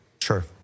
Sure